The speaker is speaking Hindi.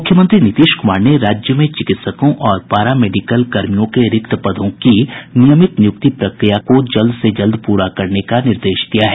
मुख्यमंत्री नीतीश कुमार ने राज्य में चिकित्सकों और पारा मेडिकल कर्मियों के रिक्त पदों की नियमित नियुक्ति प्रक्रिया का जल्द से जल्द पूरा करने का निर्देश दिया है